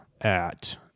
at-